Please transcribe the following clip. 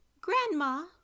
Grandma